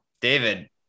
David